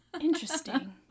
Interesting